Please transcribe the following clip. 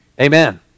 Amen